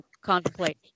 contemplate